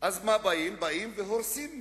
ואז באים והורסים מבנים.